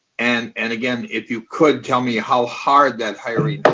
and and again, if you could tell me how hard that hiring